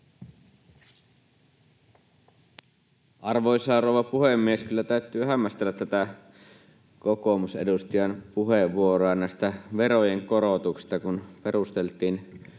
Arvoisa rouva puhemies! Kyllä täytyy hämmästellä tätä kokoomusedustajan puheenvuoroa tästä verojen korotuksesta, kun perusteltiin